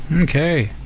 Okay